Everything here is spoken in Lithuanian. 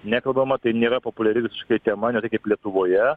nekalbama tai nėra populiari visiškai tema ne tai kaip lietuvoje